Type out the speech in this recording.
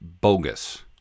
bogus